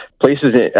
places